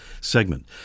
segment